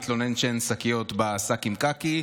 מתלונן שאין שקיות ב"שקי קקי".